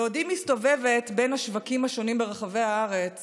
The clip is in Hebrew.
בעודי מסתובבת בין השווקים השונים ברחבי הארץ